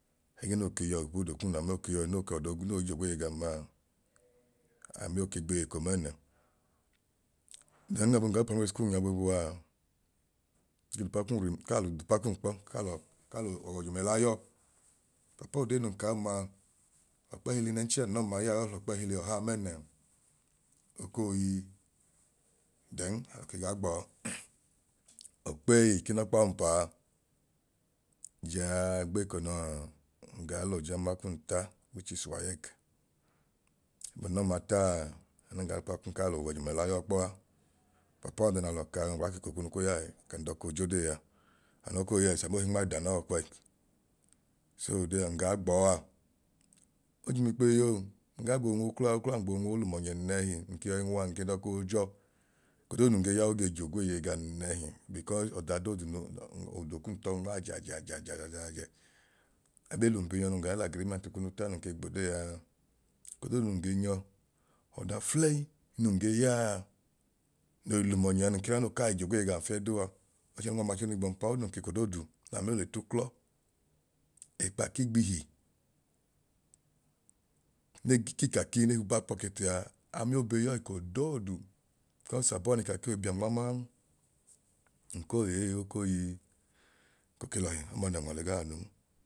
Ẹgẹẹ noo ke yọ ipodo kum lẹa noo ke yọ noo ke odoo noi j'ogweeye gam maa, amio ke gbeyi eko mẹẹnẹ. Then abun ga l'uprimary school kum ya boobu aa nke l'upa kum rim nkaa le d'upa kum kpọ kaa lọ kaa lọọ ọwọ jum ẹla yọọ papa odeenun ka ọmaa ọkpẹhili nẹnchẹ a nlọma ya ẹẹ ohil'ọkpẹhili ọhaa mẹẹnẹn okoo ii then alọ ke gaa gbọọ ọkpeyi k'inọkpa ọmpaa jaa gbekọ nọọ ngaa l'ojama kum ta which is waec. Abun l'ọọma taa anun gaa t'upa kum kaa lọwọjumẹla yọọ kpọọpapa ọda n'alọ kaa ngbẹla k'eko kunu ku ya ẹẹ kan dọkoo j'odee a ano koo yes amoo himmai danọọ okwẹi so odee a nga gbọọa, ojum ikpeyi on ngaa gboo nwu uklọ a uklọ a nga gboo nwua olum ọnyẹ nẹhi, nke yọi nwu a nke dọkoo jọọ ekodoodu nun ge yaa oge j'ogweeye gam nẹhi because ọda doodunu no odo kum tọọ nma ajaa jajajaajẹ. Abe lum bi nyọ nun gaa l'agreement kunu ta nun ke gbodee a, eko dooduma nun ke nyọ ọda fulẹlyi nun ge yaa noi lum ọnyẹ a nun ke lọyanoo kai j'ogweeye gam fiẹduu a, ọchẹ nun w'ọmachenu igbọmpaa odum ke ko doodu naa mio le t'uklọ ẹkpa k'igbihi ne ki ikaki ne hi back pocket a amio be yọọ eko doodu because abọọ n'ikaki oi bia nma maan, nkoo ẹẹ okoo ii nkoke lọhi, oọma nẹẹ unwalu igaa y'aanun